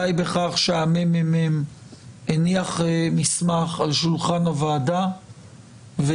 די בכך שהמ.מ.מ הניח מסך על שולחן הוועד ויושב-ראש